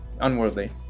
unworldly